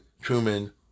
Truman